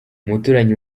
umuturanyi